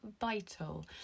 vital